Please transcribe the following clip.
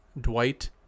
Dwight